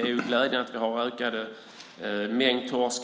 är i ett läge där vi har en ökande mängd torsk.